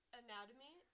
anatomy